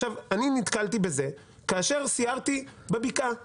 עכשיו אני נתקלתי בזה כאשר סיירתי בבקעה --- רוטמן,